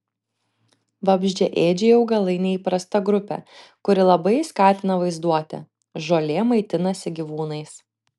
vabzdžiaėdžiai augalai neįprasta grupė kuri labai skatina vaizduotę žolė maitinasi gyvūnais